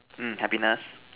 mm happiness